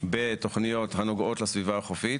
בתוכניות הנוגעות לסביבה החופית,